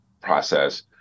process